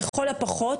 לכל הפחות,